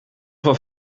van